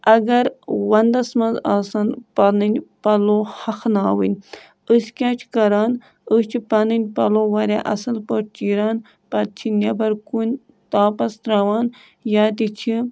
اگر وَنٛدَس منٛز آسَن پَنٕنۍ پَلو ہۄکھناوٕنۍ أسۍ کیٛاہ چھِ کَران أسۍ چھِ پَنٕنۍ پَلو واریاہ اَصٕل پٲٹھۍ چیٖران پَتہٕ چھِ نٮ۪بَر کُنہِ تاپَس تراوان یا تہِ چھِ